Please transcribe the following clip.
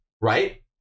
right